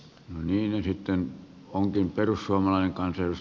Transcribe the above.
viihdettähän onkin perussuomalainen kankeus